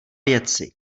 věci